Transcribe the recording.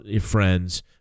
friends